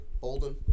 Bolden